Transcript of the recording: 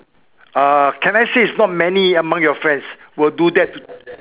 uh can I say is not many among your friends will do that